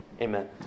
Amen